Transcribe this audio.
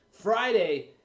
Friday